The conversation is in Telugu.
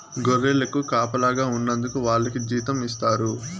గొర్రెలకు కాపలాగా ఉన్నందుకు వాళ్లకి జీతం ఇస్తారు